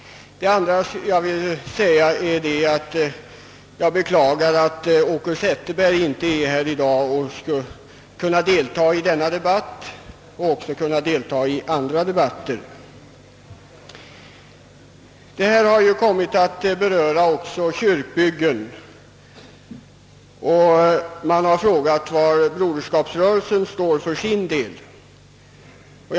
Vidare vill jag beklaga att herr Zetterberg inte är här i dag och kan delta i denna och andra debatter. Investeringsavgiften avses ju beröra även kyrkobyggen, och det har frågats var Broderskapsrörelsen står i denna fråga.